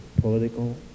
political